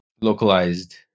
localized